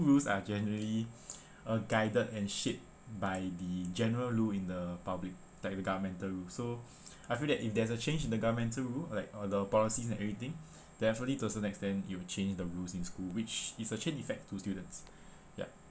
rules are generally uh guided and shaped by the general rule in the public like the governmental rule so I feel that if there's a change in the governmental rule like the policies and everything definitely to a certain extent it'll change the rules in school which is a chain effect to students ya